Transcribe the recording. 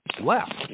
left